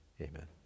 amen